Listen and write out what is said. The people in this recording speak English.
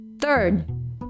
Third